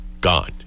gone